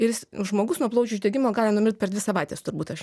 ir jis žmogus nuo plaučių uždegimo gali numirt per dvi savaites turbūt aš